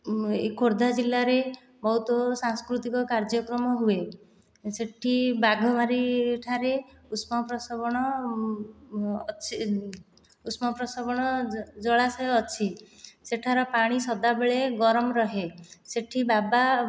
ଖୋର୍ଦ୍ଧା ଜିଲ୍ଲାରେ ବହୁତ ସାଂସ୍କୃତିକ କାର୍ଯ୍ୟକ୍ରମ ହୁଏ ସେଠି ବାଘମାରି ଠାରେ ଉଷ୍ମ ପ୍ରସବଣ ଅଛି ଉଷ୍ମ ପ୍ରସବଣ ଜଳାଶୟ ଅଛି ସେଠାକାର ପାଣି ସଦାବେଳେ ଗରମ ରହେ ସେଠି ବାବା